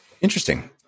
Interesting